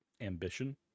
ambition